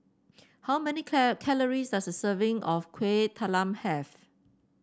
how many calories does a serving of Kueh Talam have